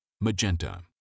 Magenta